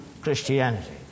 Christianity